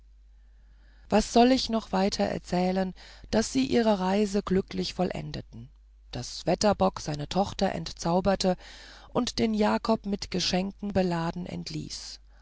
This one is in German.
was soll ich noch weiter erzählen daß sie ihre reise glücklich vollendeten daß wetterbock seine tochter entzauberte und den jakob mit geschenken beladen entließ